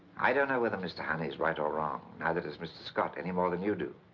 i don't know whether mr. honey's right or wrong. neither does mr. scott, any more than you do.